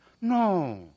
No